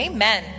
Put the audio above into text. Amen